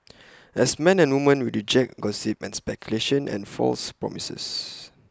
as men and women we reject gossip and speculation and false promises